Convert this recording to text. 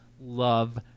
love